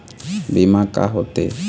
बीमा का होते?